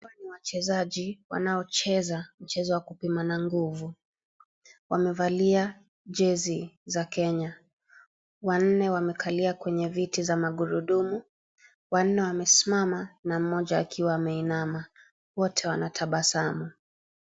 Hawa ni wachezaji wanaocheza mchezo wa kupimana nguvu . Wamevalia jezi za Kenya. Wanne wamekalia kwenye viti za magurudumu wanne , wamesimama na mmoja akiwa ameinama . Wote wanatabasamu.